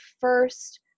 first